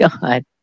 god